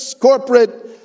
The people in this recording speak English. corporate